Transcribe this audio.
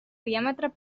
diàmetre